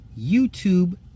YouTube